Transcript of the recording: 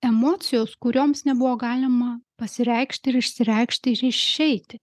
emocijos kurioms nebuvo galima pasireikšti ir išsireikšti ir išeiti